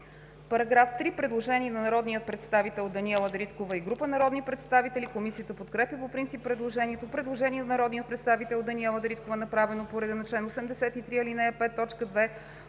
направено предложение от народния представител Даниела Дариткова и група народни представители. Комисията подкрепя по принцип предложението. Предложение на народния представител Даниела Дариткова, направено по реда на чл. 83, ал.